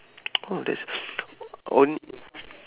oh that's on~